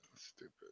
stupid